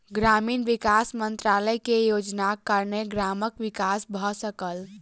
ग्रामीण विकास मंत्रालय के योजनाक कारणेँ गामक विकास भ सकल